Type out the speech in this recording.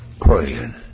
praying